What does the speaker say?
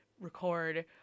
record